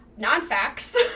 non-facts